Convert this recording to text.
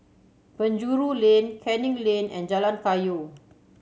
Penjuru Lane Canning Lane and Jalan Kayu